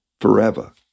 forever